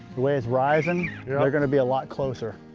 the way it's rising yeah. they are going to be a lot closer,